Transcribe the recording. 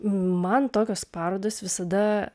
man tokios parodos visada